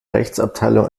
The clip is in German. rechtsabteilung